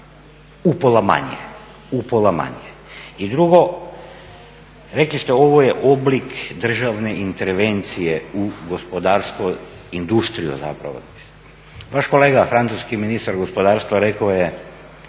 upola manje. I drugo, rekli ste ovo je oblik državne intervencije u gospodarstvo industriju zapravo. Vaš kolega francuski ministar gospodarstva rekao je